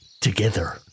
together